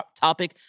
topic